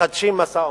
מחדשים משא-ומתן,